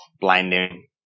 blinding